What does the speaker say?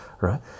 right